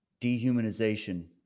Dehumanization